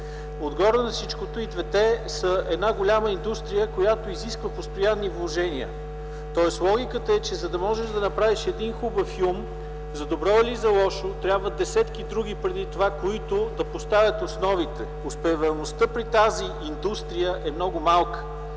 пазар. На всичкото отгоре и двете са една голяма индустрия, която изисква постоянни вложения. Логиката е, че, за да можеш да направиш един хубав филм, за добро или за лошо, трябват десетки други преди това, да поставят основите. Успеваемостта при тази индустрия е много малка.